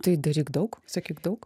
tai daryk daug sakyk daug